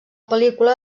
pel·lícula